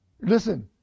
listen